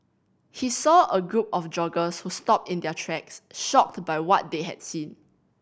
he saw a group of joggers who stopped in their tracks shocked by what they had seen